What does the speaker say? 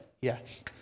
yes